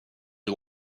you